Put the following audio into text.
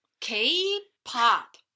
K-pop